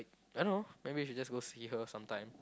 I don't know maybe we should just go see her sometime